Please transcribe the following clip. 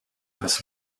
this